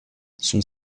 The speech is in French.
son